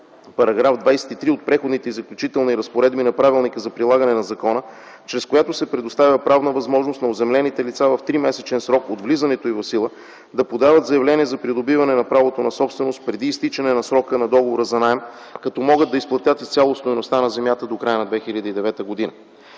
на § 23 от Преходните и заключителни разпоредби на Правилника за прилагане на закона, чрез която се предоставя правна възможност на оземлените лица в 3-месечен срок от влизането им в сила да подават заявление за придобиване на правото на собственост преди изтичане на срока на договора за наем, като могат да изплатят изцяло стойността на земята до края на 2009 г.